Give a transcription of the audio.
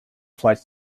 flights